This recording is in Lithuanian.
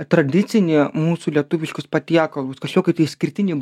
tradicinį mūsų lietuviškus patiekalus kažkokį tai išskirtinį